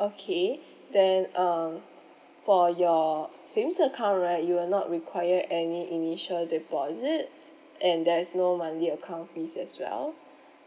okay then uh for your savings accounts right you are not required any initial deposit and there's no monthly account fees as well